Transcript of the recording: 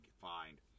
find